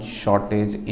shortage